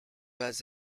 was